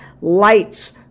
lights